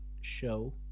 show